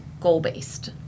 goal-based